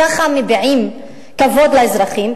ככה מביעים כבוד לאזרחים?